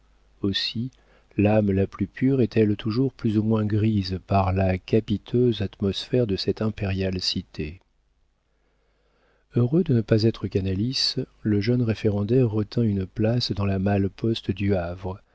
aussi l'âme la plus pure est-elle toujours plus ou moins grisée par la capiteuse atmosphère de cette impériale cité heureux de ne pas être canalis le jeune référendaire retint une place dans la malle-poste du